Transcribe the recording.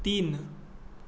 तीन